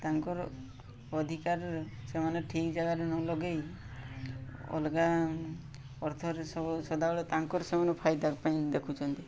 ତାଙ୍କର ଅଧିକାର ସେମାନେ ଠିକ୍ ଜାଗାରେ ନ ଲଗାଇ ଅଲଗା ଅର୍ଥରେ ସବୁ ସଦାବେଳେ ତାଙ୍କର ସେମାନେ ଫାଇଦା ପାଇଁ ଦେଖୁଛନ୍ତି